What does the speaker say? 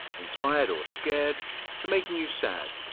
inspired, or scared to making you sad,